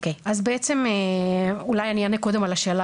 אז בעצם אולי אני אענה קודם על השאלה